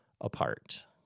apart